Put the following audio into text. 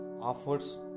offers